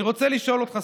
אני רוצה לשאול אותך,